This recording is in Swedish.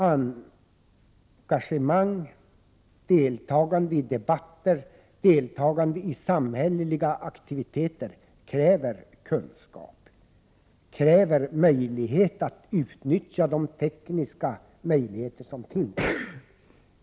Engagemang, deltagande i debatter och deltagande i samhälleliga aktiviteter kräver kunskap och möjligheter att utnyttja de tekniska hjälpmedel som finns.